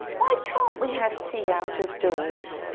why can't we have tea out of doors?